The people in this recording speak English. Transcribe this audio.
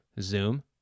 Zoom